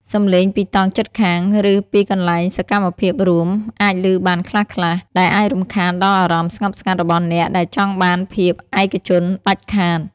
សំឡេងពីតង់ជិតខាង ឬពីកន្លែងសកម្មភាពរួម អាចលឺបានខ្លះៗ ដែលអាចរំខានដល់អារម្មណ៍ស្ងប់ស្ងាត់របស់អ្នកដែលចង់បានភាពឯកជនដាច់ខាត។